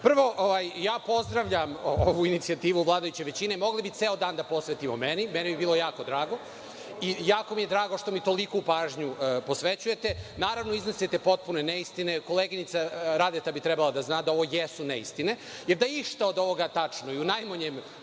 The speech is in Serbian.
pozdravljam ovu inicijativu vladajuće većine. Mogli bismo ceo dan da posvetimo meni, meni bi bilo jako drago. Jako mi je drago što mi toliku pažnju posvećujete. Naravno, iznosite potpune neistine, koleginica Radeta bi trebalo da zna da ovu jesu neistine, jer da je išta od ovoga tačno, i u najmanjem